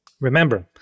Remember